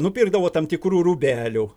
nupirkdavo tam tikrų rūbelių